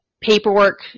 paperwork